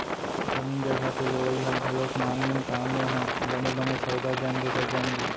जमीन जघा के लेवई ह घलोक नानमून काम नोहय बने बने सौदा जमगे त जमगे